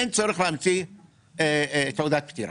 אין צורך להמציא תעודת פטירה.